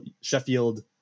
Sheffield